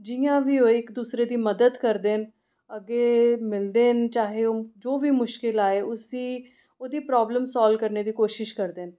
जियां बी होए इक दूसरे दी मदद करदे न अग्गें मिलदे न चाहे ओह् जो बी मुश्किल आए उसी ओह्दी प्राब्लम साल्व करने दी कोशिश करदे न